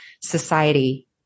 society